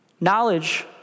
Knowledge